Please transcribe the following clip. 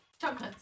Chocolates